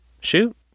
Shoot